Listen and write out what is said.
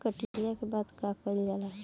कटिया के बाद का कइल जाला?